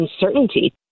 uncertainty